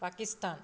Pakistan